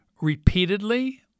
repeatedly